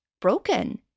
broken